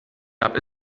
gab